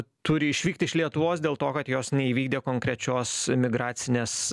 turi išvykt iš lietuvos dėl to kad jos neįvykdė konkrečios migracinės